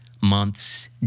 months